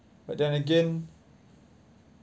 but then again